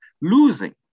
losing